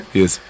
yes